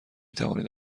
توانید